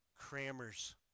Crammers